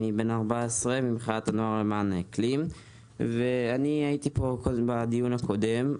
אני בן 14 ממחאת הנוער למען האקלים והייתי פה גם בדיון הקודם.